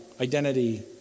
identity